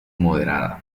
moderada